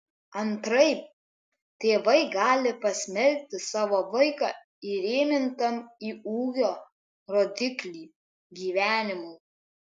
antraip tėvai gali pasmerkti savo vaiką įrėmintam į ūgio rodiklį gyvenimui